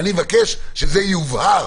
אני מבקש שזה יובהר.